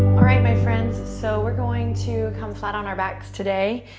all right, my friends. so we're going to come flat on our backs today.